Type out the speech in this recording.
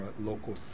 local